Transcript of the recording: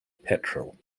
petrol